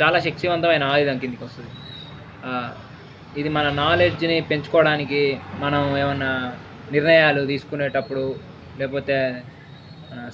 చాలా శిక్క్షివంతమైన ఆయుధం కిందకి వస్తుంది ఇది మన నాలెడ్జ్ని పెంచుకోవడానికి మనం ఏమైనా నిర్ణయాలు తీసుకునేటప్పుడు లేకపోతే